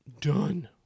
done